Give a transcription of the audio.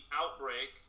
outbreak